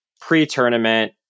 pre-tournament